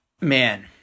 man